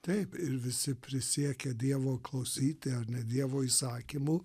taip ir visi prisiekia dievo klausyti ar ne dievo įsakymų